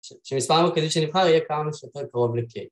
שמספרנו כדי שנבחר יהיה כמה שיותר קרוב ל-K